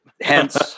Hence